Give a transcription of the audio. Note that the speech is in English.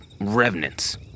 revenants